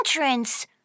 entrance